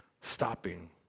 stopping